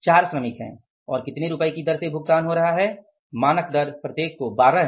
4 श्रमिक और कितने रुपये की दर से भुगतान कर रहे हैं मानक दर प्रत्येक को 12 है